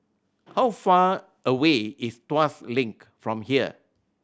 how far away is Tuas Link from here